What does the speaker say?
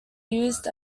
used